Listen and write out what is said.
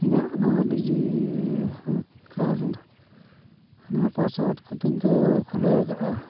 ᱤᱧᱟᱹᱜ ᱱᱚᱣᱟ ᱱᱚᱣᱟ ᱠᱚᱛᱤᱧ ᱠᱚ ᱠᱷᱩᱞᱟᱹᱣ ᱟᱠᱟᱫᱼᱟ